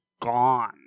Gone